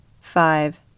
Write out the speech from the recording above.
five